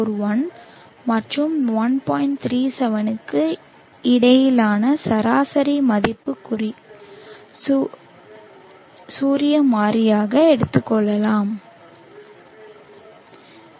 37 க்கு இடையிலான சராசரி மதிப்பு சூரிய மாறிலியாக எடுத்துக் கொள்ளப்படுகிறது